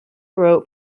wrote